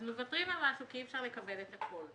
אז מוותרים על משהו כי אי אפשר לקבל את הכול.